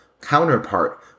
counterpart